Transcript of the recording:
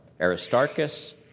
Aristarchus